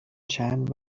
چند